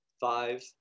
five